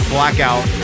Blackout